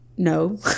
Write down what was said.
No